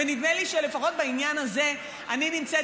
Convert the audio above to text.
ונדמה לי שלפחות בעניין הזה אני נמצאת